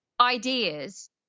ideas